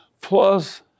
plus